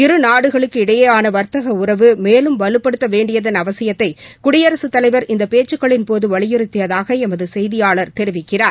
இரு நாடுகளுக்கிடையேயான வா்த்தக உறவு மேலும் வலுப்படுத்த வேண்டியதன் அவசியத்தை குடியரசுத் தலைவர் இந்த பேச்சுக்களின்போது வலியுறுத்தியதாக எமது செய்தியாளர் தெரிவிக்கிறார்